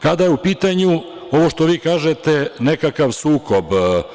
Kada je u pitanju, ovo što vi kažete, nekakav sukob.